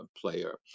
player